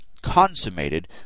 consummated